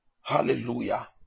Hallelujah